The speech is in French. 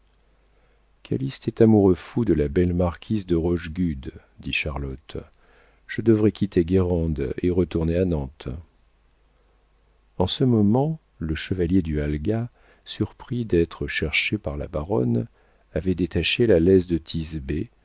calyste est amoureux fou de la belle marquise de rochegude dit charlotte je devrais quitter guérande et retourner à nantes en ce moment le chevalier du halga surpris d'être cherché par la baronne avait détaché la laisse de